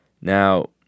Now